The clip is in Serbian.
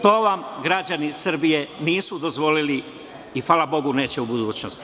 To vam građani Srbije nisu dozvolili i fala bogu neće u budućnosti.